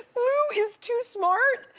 lu is too smart.